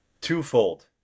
twofold